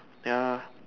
ya